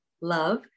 love